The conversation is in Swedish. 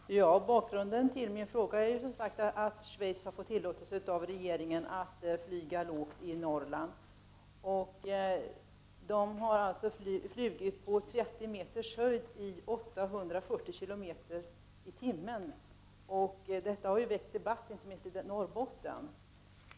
Herr talman! Bakgrunden till min fråga är som sagt att Schweiz har fått tillåtelse av regeringen att flyga lågt i Norrland. Man har alltså flugit på 30 m höjd ined en fart av 840 km/tim. Detta har väckt debatt inte minst i Norrbotten.